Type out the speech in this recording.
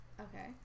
Okay